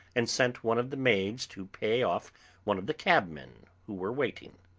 and sent one of the maids to pay off one of the cabmen who were waiting.